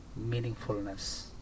meaningfulness